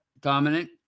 dominant